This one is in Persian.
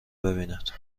ببیند